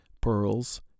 pearls